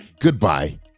Goodbye